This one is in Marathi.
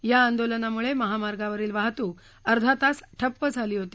या आंदोलनामुळे महामार्गावरील वाहतूक अर्धातास ठप्प झाली होती